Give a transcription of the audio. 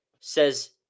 says